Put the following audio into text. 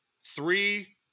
three